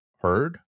heard